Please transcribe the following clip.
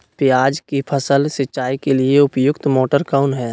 प्याज की फसल सिंचाई के लिए उपयुक्त मोटर कौन है?